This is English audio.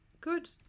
Good